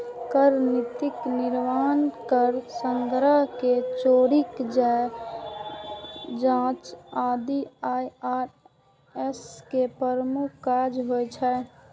कर नीतिक निर्माण, कर संग्रह, कर चोरीक जांच आदि आई.आर.एस के प्रमुख काज होइ छै